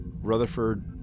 Rutherford